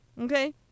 Okay